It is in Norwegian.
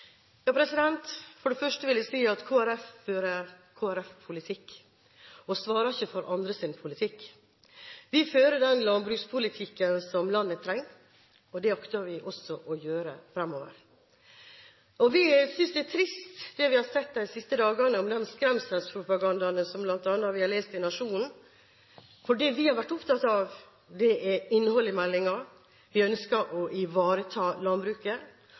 For det første vil jeg si at Kristelig Folkeparti fører Kristelig Folkeparti-politikk og svarer ikke for andres politikk. Vi fører den landbrukspolitikken som landet trenger, og det akter vi også å gjøre fremover. Vi synes det er trist det vi har sett de siste dagene – den skremselspropagandaen vi bl.a. har lest i Nationen – for det vi har vært opptatt av, er innholdet i meldingen. Vi ønsker å ivareta landbruket,